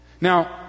Now